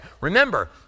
Remember